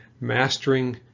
mastering